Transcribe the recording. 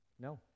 No